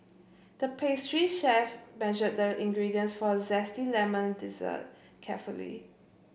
the pastry chef measured the ingredients for a zesty lemon dessert carefully